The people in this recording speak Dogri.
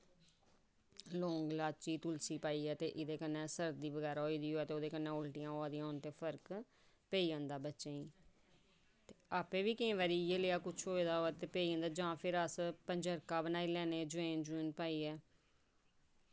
लौंग इलायची ते तुलसी पाइयै ते ओह् सर्दी होई दी होऐ ते ओह्दे कन्नै उल्टियां होआ दियां होन ते फर्क पेई जंदा बच्चें ई आपें बी केईं बारी इयै किश होऐ दा होऐ ते पेई जंदा ते जां फिर अस फुल्का बनाई लैने जमैन पाइयै